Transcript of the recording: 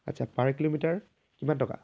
আচ্ছা পাৰ কিলোমিটাৰ কিমান টকা